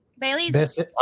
Bailey's